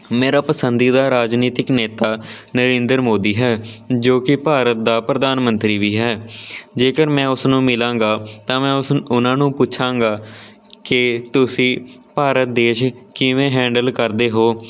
ਮੇਰਾ ਪਸੰਦੀਦਾ ਰਾਜਨੀਤਿਕ ਨੇਤਾ ਨਰਿੰਦਰ ਮੋਦੀ ਹੈ ਜੋ ਕਿ ਭਾਰਤ ਦਾ ਪ੍ਰਧਾਨ ਮੰਤਰੀ ਵੀ ਹੈ ਜੇਕਰ ਮੈਂ ਉਸਨੂੰ ਮਿਲਾਂਗਾ ਤਾਂ ਮੈਂ ਉਸ ਉਹਨਾਂ ਨੂੰ ਪੁੱਛਾਂਗਾ ਕਿ ਤੁਸੀਂ ਭਾਰਤ ਦੇਸ਼ ਕਿਵੇਂ ਹੈਂਡਲ ਕਰਦੇ ਹੋ